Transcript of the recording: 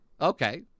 Okay